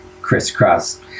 crisscross